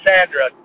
Sandra